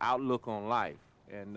outlook on life and